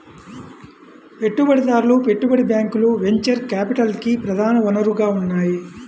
పెట్టుబడిదారులు, పెట్టుబడి బ్యాంకులు వెంచర్ క్యాపిటల్కి ప్రధాన వనరుగా ఉన్నాయి